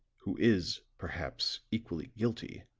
who is perhaps equally guilty,